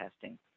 testing